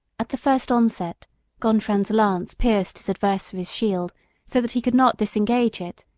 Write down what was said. at the first onset gontran's lance pierced his adversary's shield so that he could not disengage it,